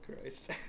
Christ